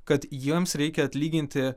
kad jiems reikia atlyginti